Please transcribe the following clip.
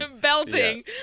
belting